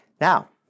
Now